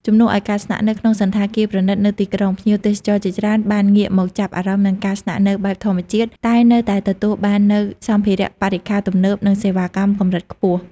ជំនួសឲ្យការស្នាក់នៅក្នុងសណ្ឋាគារប្រណីតនៅទីក្រុង ភ្ញៀវទេសចរជាច្រើនបានងាកមកចាប់អារម្មណ៍នឹងការស្នាក់នៅបែបធម្មជាតិ តែនៅតែទទួលបាននូវសម្ភារៈបរិក្ខារទំនើប និងសេវាកម្មកម្រិតខ្ពស់។